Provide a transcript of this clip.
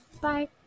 Bye